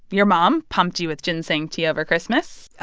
your mom pumped you with ginseng tea over christmas?